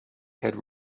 had